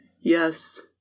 Yes